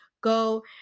go